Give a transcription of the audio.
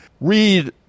read